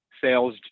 sales